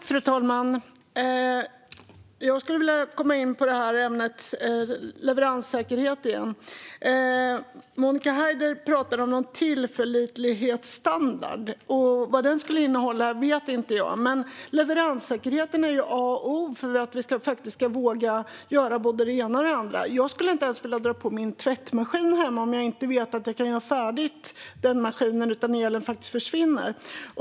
Fru talman! Jag skulle vilja komma in på ämnet leveranssäkerhet igen. Monica Haider talade om någon tillförlitlighetsstandard. Vad den skulle innehålla vet jag inte. Men leveranssäkerhet är ju A och O för att vi ska våga göra både det ena och det andra. Jag skulle inte ens vilja dra på min tvättmaskin hemma om jag inte visste att maskinen kan köra färdigt utan att elen försvinner.